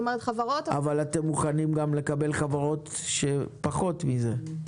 אבל אתם מוכנים לקבל גם חברות שמשלמות פחות מזה.